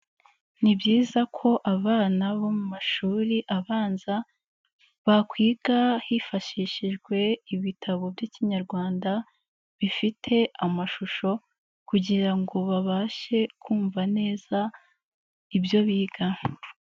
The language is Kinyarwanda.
Ni byiza ko abana bo mu mashuri abanza, bakwiga hifashishijwe ibitabo by'Ikinyarwanda bifite amashusho kugira ngo babashe kumva neza ibyo biga.